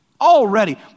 Already